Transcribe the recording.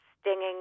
stinging